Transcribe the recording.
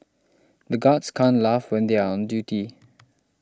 the guards can't laugh when they are on duty